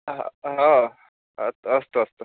अस्तु अस्तु